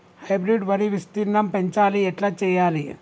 Hybrid వరి విస్తీర్ణం పెంచాలి ఎట్ల చెయ్యాలి?